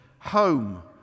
home